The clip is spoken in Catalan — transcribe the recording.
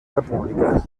república